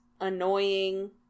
annoying